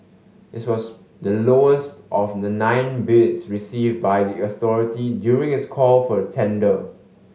this was the lowest of the nine bids received by the authority during its call for tender